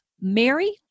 Mary